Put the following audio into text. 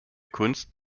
kunst